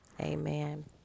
amen